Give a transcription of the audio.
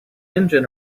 engine